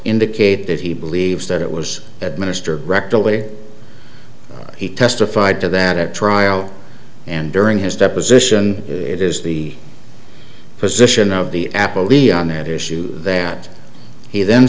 indicate that he believes that it was administered rectally he testified to that at trial and during his deposition it is the position of the apollyon that issue that he the